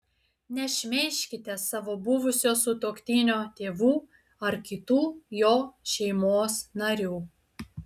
nešmeižkite savo buvusio sutuoktinio tėvų ar kitų jo šeimos narių